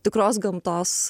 tikros gamtos